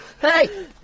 Hey